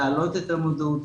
להעלות את המודעות,